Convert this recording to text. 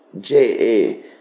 J-A